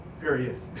period